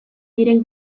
diren